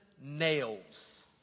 nails